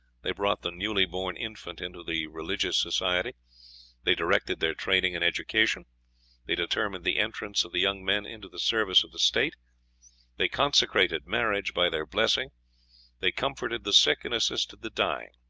they brought the newly-born infant into the religious society they directed their training and education they determined the entrance of the young men into the service of the state they consecrated marriage by their blessing they comforted the sick and assisted the dying.